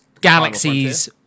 galaxies